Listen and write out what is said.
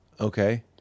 Okay